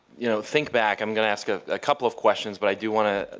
you know, think back i'm going to ask a ah couple of questions but i do want to